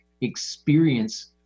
experience